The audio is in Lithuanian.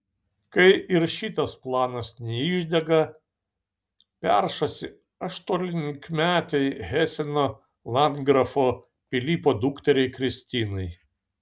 kai ir šitas planas neišdega peršasi aštuoniolikmetei heseno landgrafo pilypo dukteriai kristinai